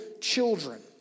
children